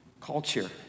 culture